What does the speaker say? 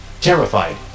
Terrified